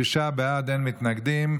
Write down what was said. שישה בעד, אין מתנגדים.